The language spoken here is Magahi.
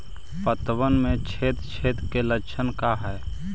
पतबन में छेद छेद के लक्षण का हइ?